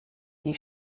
die